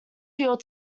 fuel